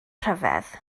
rhyfedd